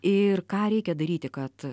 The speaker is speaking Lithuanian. ir ką reikia daryti kad